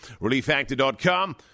Reliefactor.com